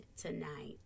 tonight